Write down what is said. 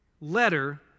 letter